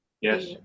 Yes